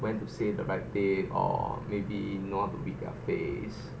went to say the right thing or maybe know to give their face